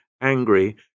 angry